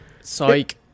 Psych